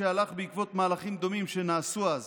שהלך בעקבות מהלכים דומים שנעשו אז